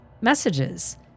messages